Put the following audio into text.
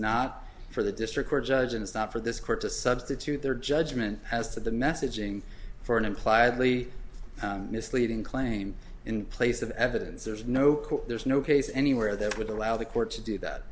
not for the district court judge and it's not for this court to substitute their judgment as to the messaging for an implied lee misleading claim in place of evidence there's no there's no case anywhere that would allow the court to do that